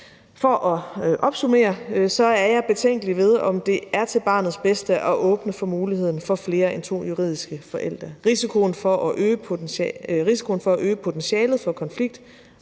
For at opsummere er jeg betænkelig ved, om det er til barnets bedste at åbne for muligheden for flere end to juridiske forældre. Risikoen for at øge potentialet for konflikt,